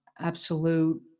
Absolute